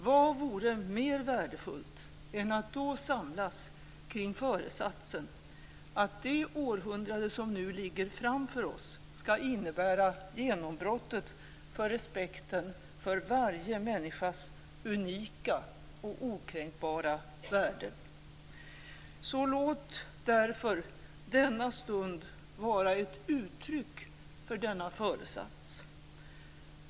Vad vore mer värdefullt än att då samlas kring föresatsen att det århundrade som nu ligger framför oss ska innebära genombrottet för respekten för varje människas unika och okränkbara värde? Så låt därför denna stund vara ett uttryck för denna föresats.